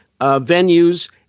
venues